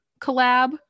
collab